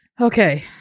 okay